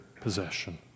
possession